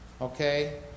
Okay